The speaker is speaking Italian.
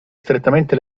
strettamente